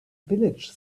village